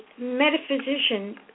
metaphysician